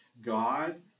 God